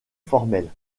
formelle